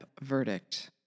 verdict